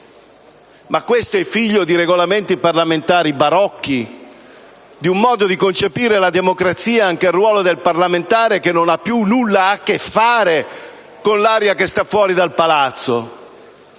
Ma questo è figlio di Regolamenti parlamentari barocchi, di un modo di concepire la democrazia e anche il ruolo del parlamentare che non ha più nulla a che fare con l'aria che sta fuori dal palazzo,